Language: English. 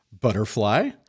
Butterfly